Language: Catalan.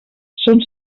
són